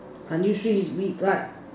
is wheat right